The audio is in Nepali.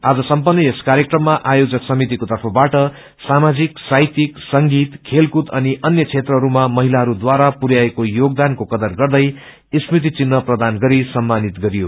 आज सम्पन यस कार्यक्रममाआयोजक समितिको तर्फबाट सामाणिक साहित्यिक संगीत खेलकूद अनि अन्य क्षेत्रहरूमा महिलाहरू व्यरा पुरयाएको योगवान को कदर गैं स्मृति चिन्ह प्रदान गरि सम्मानित गरियो